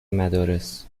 مدارس